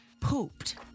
pooped